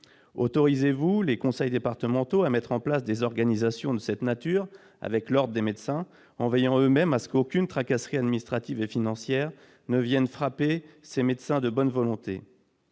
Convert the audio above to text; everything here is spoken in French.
Autoriserez-vous les conseils départementaux à créer des organisations de cette nature, avec l'Ordre des médecins, en veillant eux-mêmes à ce qu'aucune tracasserie administrative ou financière ne vienne frapper ces médecins de bonne volonté